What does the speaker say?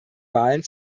wahlen